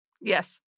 Yes